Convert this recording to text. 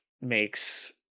makes